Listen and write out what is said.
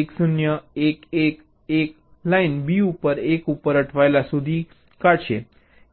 1 0 1 1 1 line B ઉપર 1 ઉપર અટવાયેલો શોધી કાઢશે